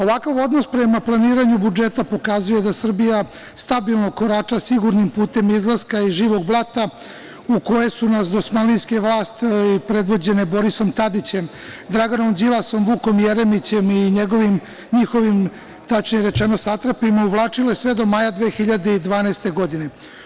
Ovakav odnos prema planiranju budžeta pokazuje da Srbija stabilno korača sigurnim putem izlaska iz živog blata u koje su nas dosmanlijske vlasti predvođene Borisom Tadićem, Draganom Đilasom, Vukom Jeremićem i njihovim satrapima, uvlačile sve do maja 2012. godine.